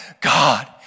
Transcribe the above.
God